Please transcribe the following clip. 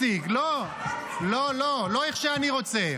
לא שאני מציג, לא, לא איך שאני רוצה.